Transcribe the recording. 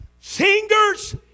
singers